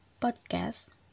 Podcast